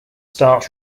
starts